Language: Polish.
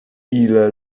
ile